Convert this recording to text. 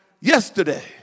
yesterday